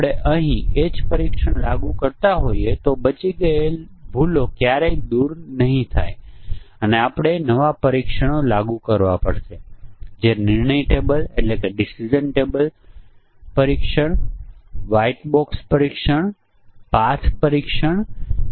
તે તમને સચોટ પરીક્ષણના કેસો આપશે જે સાધનો તમે ગૂગલ PICT પર જોઈ શકો છો તે વિંડોઝ પર ચાલે છે અને કદાચ લિનક્સ પ્લેટફોર્મ પર પણ ચાલે છે Jenny જે ઓપન સોર્સ C પ્રોગ્રામ છે